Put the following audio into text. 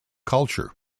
culture